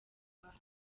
bahawe